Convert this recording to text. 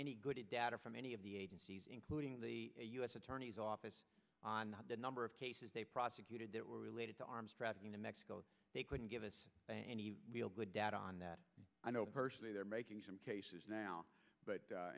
any good data from any of the agencies including the u s attorney's office on the number of cases they prosecuted that were related to arms traveling to mexico they couldn't give us any real good data on that i know personally they're making some cases now but